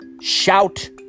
shout